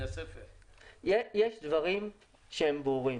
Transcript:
יש דברים שהם ברורים.